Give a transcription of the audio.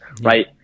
right